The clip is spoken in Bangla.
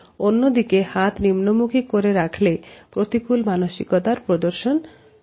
অন্যদিকে হাত নিম্নমুখী করে রাখাকে প্রতিকূল মানসিকতার প্রদর্শন হিসেবে মানা হয়